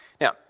Now